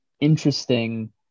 interesting